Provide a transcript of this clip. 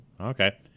Okay